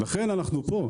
לכן אנחנו פה.